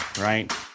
right